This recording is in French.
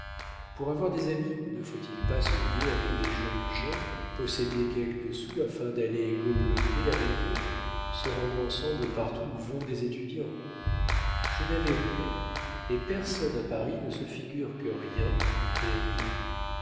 pour avoir des amis ne faut-il pas se lier avec des jeunes gens posséder quelques sous afin d'aller gobeloter avec eux se rendre ensemble partout où vont des étudiants je n'avais rien et personne à paris ne se figure que rien est rien